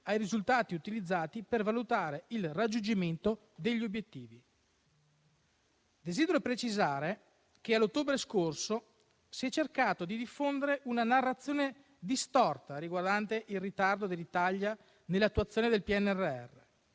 ai risultati utilizzati per valutare il raggiungimento degli obiettivi. Desidero precisare che ad ottobre scorso si è cercato di diffondere una narrazione distorta riguardante il ritardo dell'Italia nell'attuazione del PNRR.